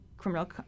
criminal